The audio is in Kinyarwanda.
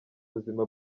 buzima